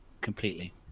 completely